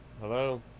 Hello